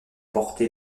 porté